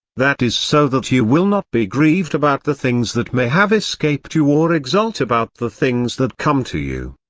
that is so that you will not be grieved about the things that may have escaped you or exult about the things that come to you.